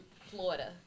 florida